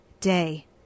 day